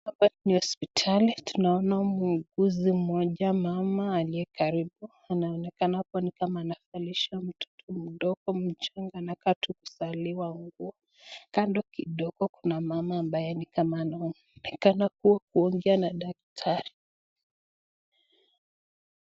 Hapa ni hospitali tunaona muuguzi moja aliye karibu anaonekana amekalisha mtoto mdogo kando kidogo Kuna mama anaonekana anaongea na daktari.